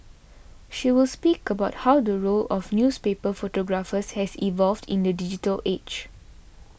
she will speak about how the role of newspaper photographers has evolved in the digital age